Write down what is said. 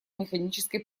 механической